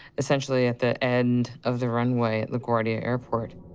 essentially at the end of the runway at laguardia airport.